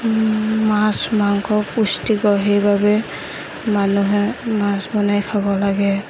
মাছ মাংস পুষ্টিকৰ সেইবাবে মানুহে মাছ বনাই খাব লাগে